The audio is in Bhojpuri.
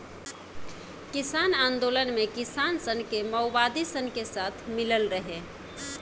किसान आन्दोलन मे किसान सन के मओवादी सन के साथ मिलल रहे